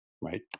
right